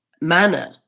manner